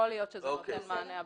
יכול להיות שזה נותן מענה.